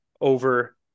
over